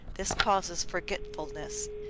this causes forgetfulness.